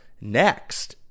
next